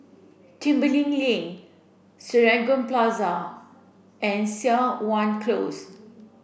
Tembeling Lane Serangoon Plaza and Siok Wan Close